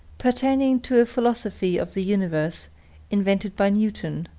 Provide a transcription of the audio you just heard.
pertaining to a philosophy of the universe invented by newton,